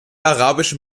arabischen